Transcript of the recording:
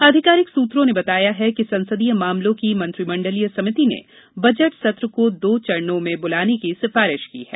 आधिकारिक सूत्रों ने बताया कि संसदीय मामलों की मंत्रिमंडलीय समिति ने बजट सत्र को दो चरणों में बुलाने की सिफारिश की है